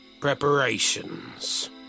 preparations